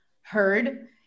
heard